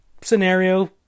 scenario